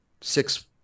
six